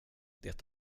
det